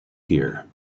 here